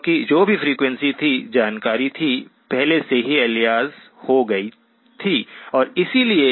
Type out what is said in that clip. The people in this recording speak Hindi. क्योंकि जो भी फ्रिक्वेंसी थी जानकारी थी पहले से ही एलियास हो गए थी और इसलिए